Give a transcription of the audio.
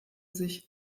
sich